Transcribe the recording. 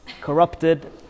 corrupted